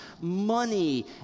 money